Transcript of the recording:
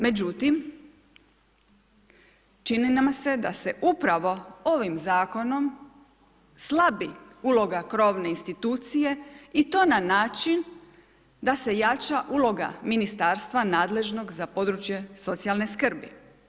Međutim, čini nam se da se upravo ovim zakonom, slabi uloga krovne institucije i to na način, da se jača uloga ministarstva nadležnog za područje socijalne skrbi.